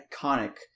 iconic